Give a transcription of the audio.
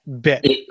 bit